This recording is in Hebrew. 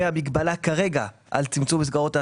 המגבלה כרגע על צמצום מסגרות האשראי,